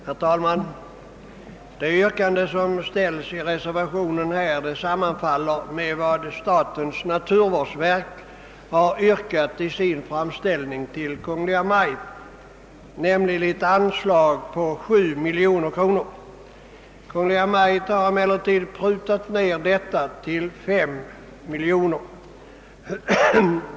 Herr talman! Det yrkande som ställts i reservationen 8 sammanfaller med vad statens naturvårdsverk yrkat i sin framställning till Kungl. Maj:t, nämligen ett anslag på sju miljoner kronor. Kungl. Maj:t har emellertid prutat ner detta belopp till fem miljoner.